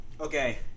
Okay